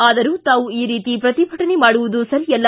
ಆದರೂ ತಾವು ಈ ರೀತಿ ಪ್ರತಿಭಟನೆ ಮಾಡುವುದು ಸರಿಯಲ್ಲ